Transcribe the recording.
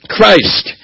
Christ